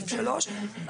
סעיף (3),